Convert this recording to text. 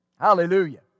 Hallelujah